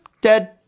dead